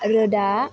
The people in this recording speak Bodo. रोदा